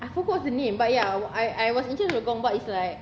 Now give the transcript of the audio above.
I forgot what's the name but ya I I was in charge of the gong but it's like